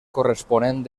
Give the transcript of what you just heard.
corresponent